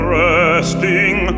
resting